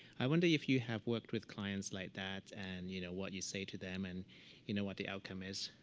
i wonder if you have worked with clients like that, and you know what you say to them, and you know what the outcome is.